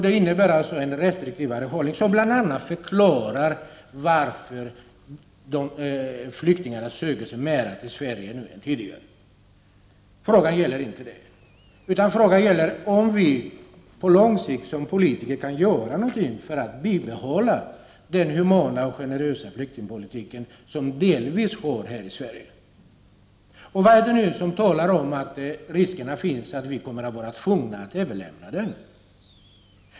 Det betyder alltså en restriktivare hållning — något som bl.a. förklarar varför flyktingarna nu i större utsträckning än tidigare söker sig till Sverige. Men frågan gäller inte det, utan frågan gäller om vi som politiker på lång sikt kan göra någonting för att den humana och generösa flyktingpolitik som delvis förs här i Sverige skall kunna bibehållas. Vad är det som säger att inte risken finns att vi kommer att vara tvungna att överge denna politik?